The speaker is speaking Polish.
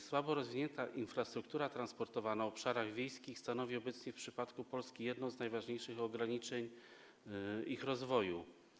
Słabo rozwinięta infrastruktura transportowa na obszarach wiejskich stanowi obecnie w przypadku Polski jedno z najważniejszych ograniczeń ich rozwoju.